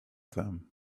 them